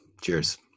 cheers